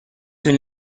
طول